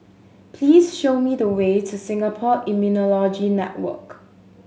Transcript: please show me the way to Singapore Immunology Network